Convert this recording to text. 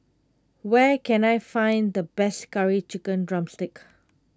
where can I find the best Curry Chicken Drumstick